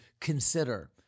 consider